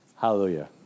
Hallelujah